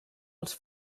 els